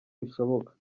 bishoboka